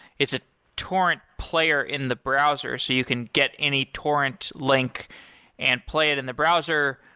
it's a torrent player in the browser so you can get any torrent link and play it in the browser,